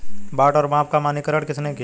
बाट और माप का मानकीकरण किसने किया?